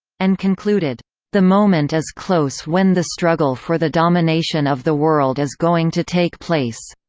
and concluded the moment is close when the struggle for the domination of the world is going to take place.